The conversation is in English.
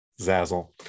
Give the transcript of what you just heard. Zazzle